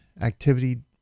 activity